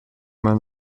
man